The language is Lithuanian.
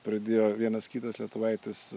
pradėjo vienas kitas lietuvaitis